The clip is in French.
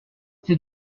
c’est